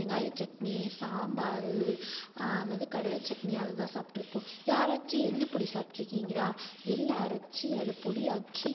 வெங்காயச் சட்னி சாம்பாரு அல்லது கடலைச் சட்னி அது தான் சாப்பிட்ருப்போம் யாராச்சு எள்ளுப் பொடி சாப்பிட்டுருக்கீங்களா எள்ள அரைத்து அதை பொடியாக்கி